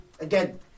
Again